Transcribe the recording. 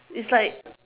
it's like